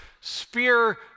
spear